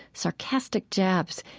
sarcastic jabs,